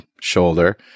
shoulder